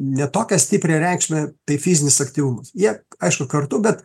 ne tokią stiprią reikšmę tai fizinis aktyvumas jie aišku kartu bet